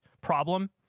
problem